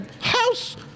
House